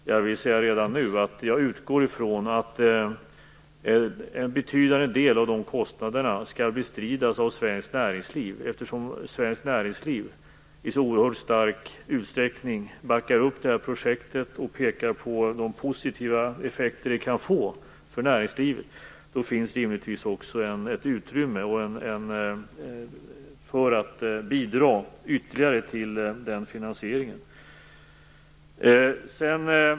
Jag vill redan nu säga att jag utgår ifrån att en betydande del av de kostnaderna skall bestridas av svenskt näringsliv, eftersom svenskt näringsliv i så oerhört stor utsträckning backar upp detta projekt och pekar på de positiva effekter det kan få för näringslivet. Då finns rimligtvis också ett utrymme för att bidra ytterligare till den finansieringen.